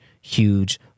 huge